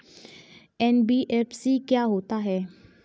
NBFC क्या होता है?